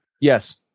Yes